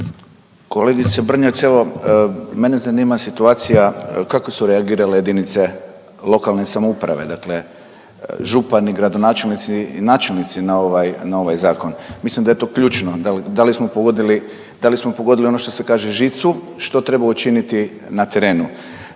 Kolegice Brnjac evo mene zanima situacija kako su reagirale jedinice lokalne samouprave dakle župani, gradonačelnici i načelnici na ovaj zakon? Mislim da je to ključno da li smo pogodili ono što se kaže žicu, što treba učiniti na terenu.